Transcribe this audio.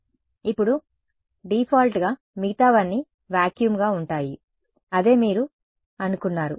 ఇప్పుడు డిఫాల్ట్గా మిగతావన్నీ వాక్యూమ్గా ఉంటాయి అదే మీరు ఓకే అనుకున్నారు